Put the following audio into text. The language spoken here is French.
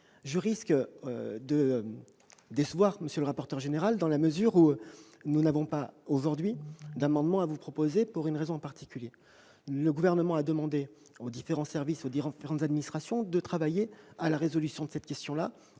Je risque de vous décevoir, monsieur le rapporteur général, je n'ai pas aujourd'hui d'amendement à vous proposer, et ce pour une raison bien particulière : le Gouvernement a demandé aux différents services, aux différentes administrations de travailler à la résolution de cette question,